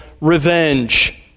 revenge